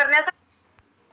मले धंद्यासाठी कर्ज भेटन का?